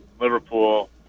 Liverpool